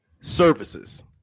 services